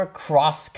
cross